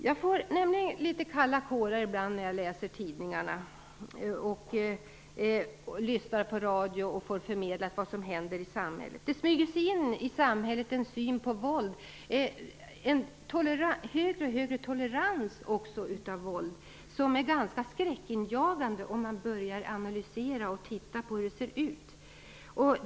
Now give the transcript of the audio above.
Jag får ibland litet kalla kårar när jag läser tidningarna, lyssnar på radio och får förmedlat vad som händer i samhället. Det smyger sig i samhället in en syn på våld och en allt högre tolerans av våld som är ganska skräckinjagande om man börjar att analysera och titta på hur det ser ut.